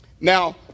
Now